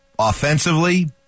Offensively